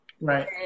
right